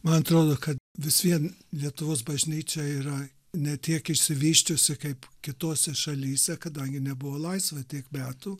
man atrodo kad vis vien lietuvos bažnyčia yra ne tiek išsivysčiusi kaip kitose šalyse kadangi nebuvo laisva tiek metų